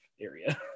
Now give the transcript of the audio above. area